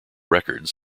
records